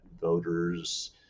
voters